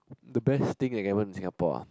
the best thing I get in Singapore ah